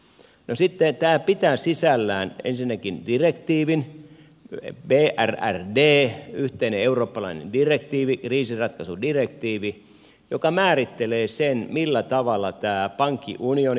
no sitten tämä pitää sisällään ensinnäkin direktiivin brrdn yhteisen eurooppalaisen direktiivin kriisinratkaisudirektiivin joka määrittelee sen millä tavalla tämä pankkiunioni